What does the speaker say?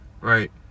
right